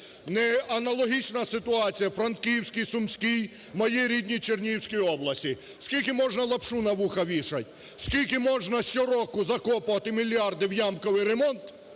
Аналогічна ситуація в Франківській, Сумській, моїй рідній Чернігівській області. Скільки можна лапшу на вуха вішать? Скільки можна щороку закопувати мільярди в ямковий ремонт?